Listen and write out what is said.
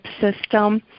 system